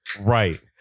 Right